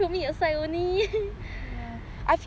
aside only